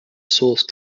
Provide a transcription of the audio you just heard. source